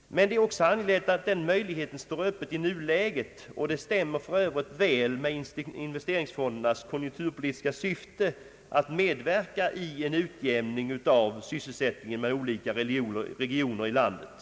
Men det är även angivet att den möjligheten står öppen i nuläget. Det stämmer också väl med investeringsfondernas konjunkturpolitiska syfte, nämligen att medverka till en utjämning av sysselsättningen mellan olika regioner i landet.